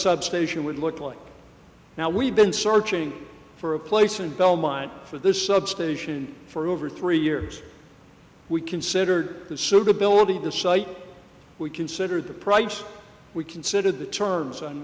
substation would look like now we've been searching for a place in belmont for this substation for over three years we considered the suitability of the site we considered the price we considered the terms on